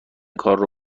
کارو